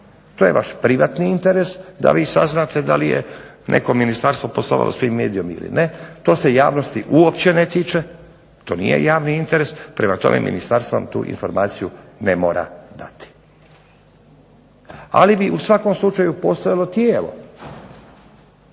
To je vaš privatni interes da vi saznate da li je neko ministarstvo poslovalo s Fimi-Mediom ili ne to se javnosti uopće ne tiče, to nije javni interes, prema tome ministarstvo vam tu informaciju ne mora dati. Ali bi u svakom slučaju postojalo tijelo,